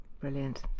Brilliant